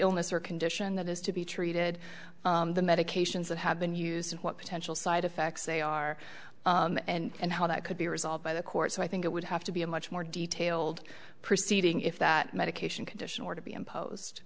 illness or condition that is to be treated the medications that have been used and what potential side effects they are and how that could be resolved by the court so i think it would have to be a much more detailed proceeding if that medication condition or to be impos